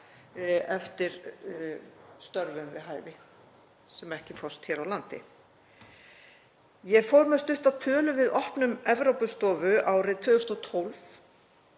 eftir störfum við hæfi sem ekki fást hér á landi. Ég fór með stutta tölu við opnun Evrópustofu árið 2012